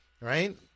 right